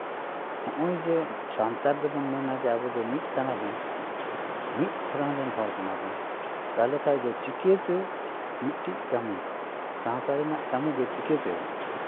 ᱦᱚᱸᱜᱼᱚᱭ ᱡᱮ ᱥᱟᱱᱛᱟᱲ ᱫᱚᱵᱚᱱ ᱢᱮᱱᱟ ᱡᱮ ᱟᱵᱚ ᱫᱚ ᱢᱤᱫ ᱠᱟᱱᱟ ᱵᱚᱱ ᱢᱤᱫ ᱦᱟᱲᱟᱢ ᱨᱮᱱ ᱦᱚᱲ ᱠᱟᱱᱟᱵᱚᱱ ᱛᱟᱦᱞᱮ ᱠᱷᱟᱱ ᱫᱚ ᱪᱤᱠᱟᱹᱛᱮ ᱢᱤᱫᱴᱤᱱ ᱠᱟᱹᱢᱤ ᱥᱟᱶᱛᱟ ᱨᱮᱱᱟᱜ ᱠᱟᱹᱢᱤᱜᱮ ᱪᱤᱠᱟᱹᱛᱮ